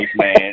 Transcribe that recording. man